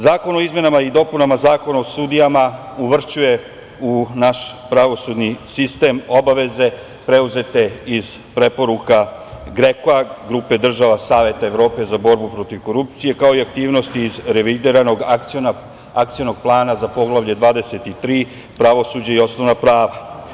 Zakon o izmenama i dopunama Zakona o sudijama uvršćuje u naš pravosudni sistem obaveze preuzete iz preporuka GREKA, grupe država Saveta Evrope za borbu protiv korupcije, kao i aktivnosti iz revidiranog Akcionog plana za Poglavlje 23 – pravosuđe i osnovna prava.